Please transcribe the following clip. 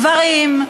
גברים,